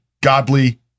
godly